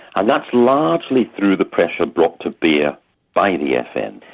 and that's largely through the pressure brought to bear by the fn.